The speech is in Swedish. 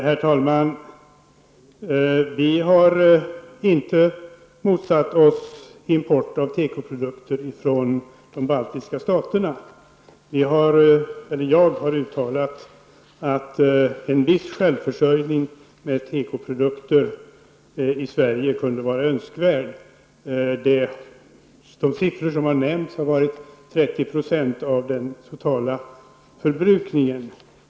Herr talman! Vi har inte motsatt oss import av tekoprodukter från de baltiska staterna. Jag har uttalat att det är önskvärt med en viss självförsörjning för Sveriges del när det gäller tekoprodukter. Siffran 30 % av den totala förbrukningen har nämnts.